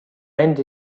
end